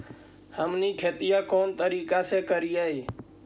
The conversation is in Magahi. हमनी खेतीया कोन तरीका से करीय?